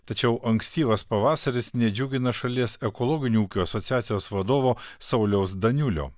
tačiau ankstyvas pavasaris nedžiugina šalies ekologinių ūkių asociacijos vadovo sauliaus daniulio